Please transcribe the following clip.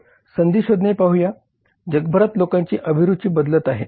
तर संधी शोधणे पाहूया जगभरात लोकांच्या अभिरुची बदलत आहेत